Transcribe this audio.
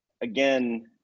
again